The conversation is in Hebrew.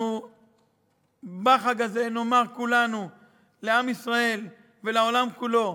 אנחנו בחג הזה נאמר כולנו לעם ישראל ולעולם כולו: